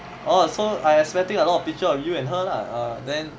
orh so I expecting a lot of picture of you and her lah ah then